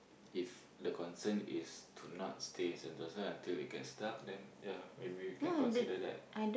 if the concern is to not stay Sentosa until it gets dark then ya maybe we can consider that